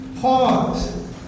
pause